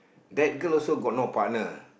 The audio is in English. that girl also got no partner